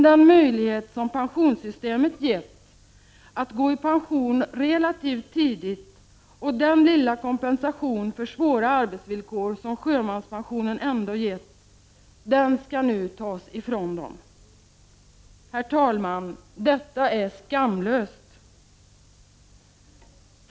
Den möjlighet som pensionssystemet har gett att gå i pension relativt tidigt och den lilla kompensation för svåra arbetsvillkor som sjömanspensionen ändå har gett skall nu tas ifrån dem. Herr talman! Detta är skamlöst.